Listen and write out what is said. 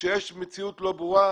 כשיש מציאות לא ברורה,